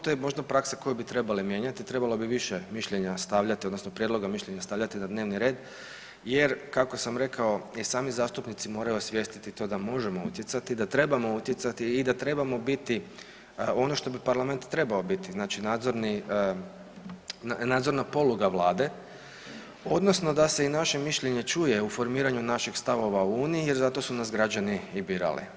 To je možda praksa koju bi trebali mijenjati, trebalo bi više mišljenja stavljati odnosno prijedloga mišljenja stavljati na dnevni red jer kako sam rekao i sami zastupnici moraju osvijestiti to da možemo utjecati, da trebamo utjecati i da trebamo biti ono što bi parlament trebao biti znači nadzorni, nadzorna poluga Vlade odnosno da se i naše mišljenje čuje u formiranju naših stavova u uniji jer zato su nas građani i birali.